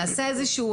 נעשה איזשהו